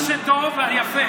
מה שטוב ויפה,